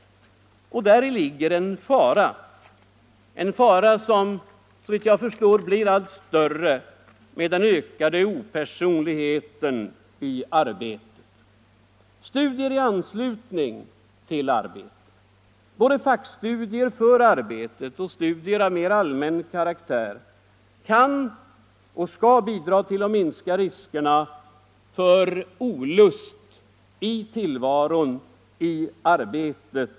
Däri ligger en fara, en fara som såvitt jag förstår blir större med ökad opersonlighet i arbetet. Studier i anslutning till arbetet — både fackstudier för arbetet och studier av mer allmän karaktär — kan och skall bidra till att minska riskerna för olust med tillvaron och med arbetet.